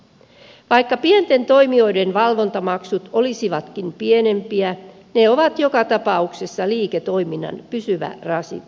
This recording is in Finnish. vaikka pienten toimijoiden valvontamaksut olisivatkin pienempiä ne ovat joka tapauksessa liiketoiminnan pysyvä rasite